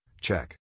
check